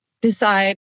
decide